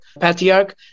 patriarch